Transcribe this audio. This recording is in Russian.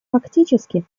фактически